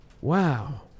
Wow